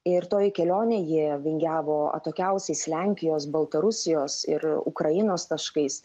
ir toji kelionė ji vingiavo atokiausiais lenkijos baltarusijos ir ukrainos taškais